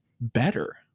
better